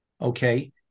Okay